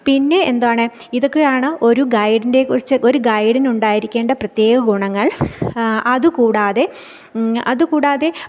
പിന്നെ എന്തുവാണ് ഇതൊക്കെയാണ് ഒരു ഗൈഡിനെ കുറിച്ച് ഒരു ഗൈഡിനുണ്ടായിരിക്കേണ്ട പ്രത്യേക ഗുണങ്ങൾ അതുകൂടാതെ അതുകൂടാതെ